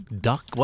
duck